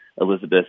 Elizabeth